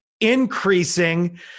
increasing